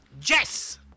Jess